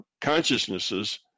consciousnesses